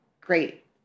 great